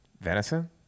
venison